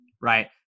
right